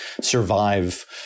survive